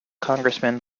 congressman